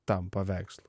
tam paveikslui